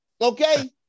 okay